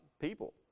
people